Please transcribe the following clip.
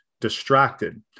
distracted